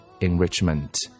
enrichment